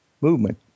movement